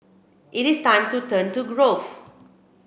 it is time to turn to growth